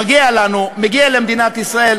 מגיע למדינת ישראל